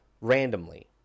randomly